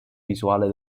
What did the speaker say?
visuale